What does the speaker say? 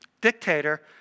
dictator